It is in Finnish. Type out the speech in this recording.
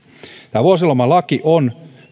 vuosilomalaki on